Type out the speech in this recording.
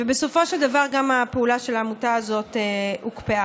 ובסופו של דבר גם הפעולה של העמותה הזאת הוקפאה.